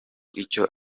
icyo